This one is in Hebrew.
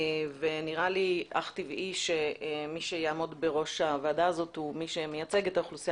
ונראה לי אך טבעי שמי שיעמוד בראשה הוא נציגה של האוכלוסייה